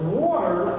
water